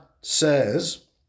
says